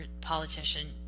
politician